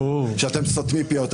אתם סותמים פיות.